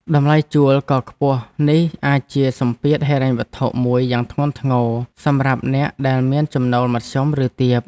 តម្លៃជួលដ៏ខ្ពស់នេះអាចជាសម្ពាធហិរញ្ញវត្ថុមួយយ៉ាងធ្ងន់ធ្ងរសម្រាប់អ្នកដែលមានចំណូលមធ្យមឬទាប។